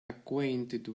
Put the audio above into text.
acquainted